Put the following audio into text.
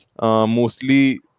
mostly